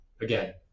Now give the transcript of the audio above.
again